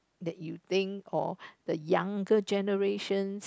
that you think or the younger generations